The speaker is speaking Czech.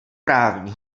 právní